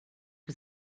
was